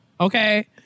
Okay